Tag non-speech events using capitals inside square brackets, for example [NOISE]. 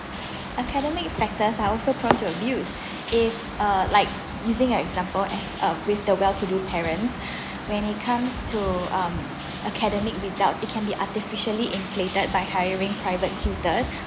[NOISE] academic factor are also prone to abuse if uh like using your example as um with the well to do parents when it comes to um academic result it can be artificially inflated by hiring private tutors